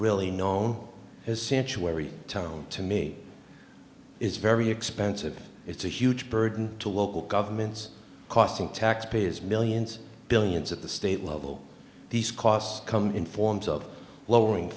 really known as sanch wary town to me is very expensive it's a huge burden to local governments costing taxpayers millions billions at the state level these costs come in forms of lowering